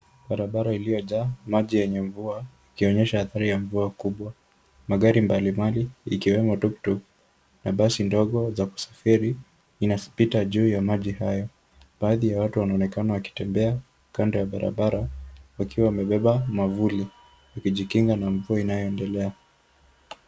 Barabara iliyojaa, maji yenye mvua, ikionyesha hatari ya mvua kubwa. Magari mbalimbali, ikiwemo tuktuk na basi ndogo za kusafiri, inazipita juu ya maji hayo. Baadhi ya watu wanaonekana wakitembea, kando ya barabara, wakiwa wamebeba mavuli, ya kujikinga na mvua inayoendelea.